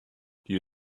you